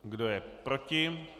Kdo je proti?